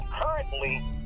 currently